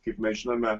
kaip mes žinome